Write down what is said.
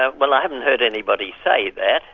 ah well i haven't heard anybody say that,